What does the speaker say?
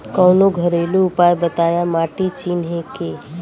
कवनो घरेलू उपाय बताया माटी चिन्हे के?